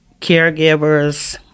caregivers